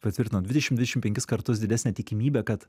patvirtino dvidešim dvidešim penkis kartus didesnė tikimybė kad